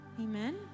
amen